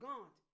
God